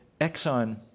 Exxon